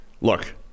look